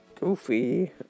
goofy